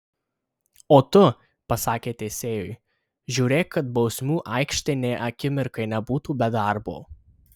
o tu pasakė teisėjui žiūrėk kad bausmių aikštė nė akimirkai nebūtų be darbo